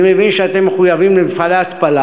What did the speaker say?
אני מבין שאתם מחויבים למפעלי ההתפלה